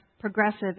progressive